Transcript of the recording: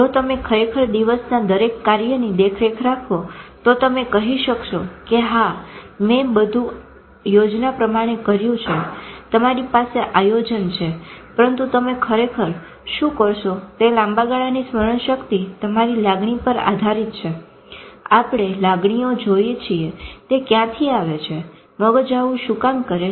જો તમે ખરેખર દિવસના દરેક કાર્યની દેખરેખ રાખો તો તમે કહી શકશો કે હા મેં બધું યોજના પ્રમાણે કર્યું છે તમારી પાસે આયોજન છે પરંતુ તમે ખરેખર શું કરશો તે લાંબા ગાળાની સ્મરણ શક્તિ તમારી લાગણી પર આધારિત છે આપણે લાગણીઓ જોઈ છી તે ક્યાંથી આવે છે મગજ આવું શું કામ કરે છે